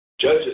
judges